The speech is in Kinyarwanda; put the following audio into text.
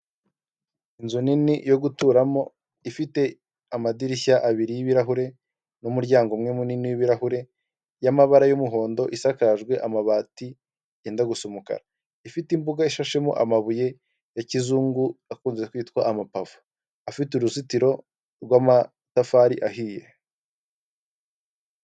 Inzu nini yo guturamo ifite amadirishya abiri y'ibirahure n'umuryango umwe munini w'ibirahure, y'amabara y'umuhondo isakajwe amabati yenda gusuka, ifite imbuga ishashemo amabuye ya kizungu, akunze kwitwa amapave, afite uruzitiro rw'amatafari ahiye.